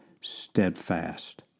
steadfast